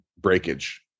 breakage